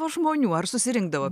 o žmonių ar susirinkdavo